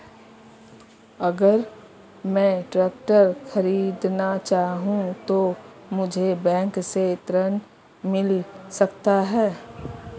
अगर मैं ट्रैक्टर खरीदना चाहूं तो मुझे बैंक से ऋण मिल सकता है?